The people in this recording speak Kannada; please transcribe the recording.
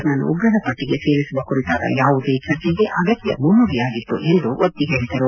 ರ್ನನ್ನು ಉಗ್ರರ ಪಟ್ಟಿಗೆ ಸೇರಿಸುವ ಕುರಿತಾದ ಯಾವುದೇ ಚರ್ಚೆಗೆ ಅಗತ್ಯ ಮುನ್ನುಡಿಯಾಗಿತ್ತು ಎಂದು ಒತ್ತಿ ಹೇಳಿದರು